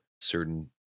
certain